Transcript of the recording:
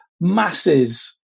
masses